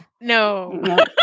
No